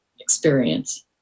experience